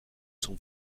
son